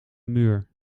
muur